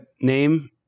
name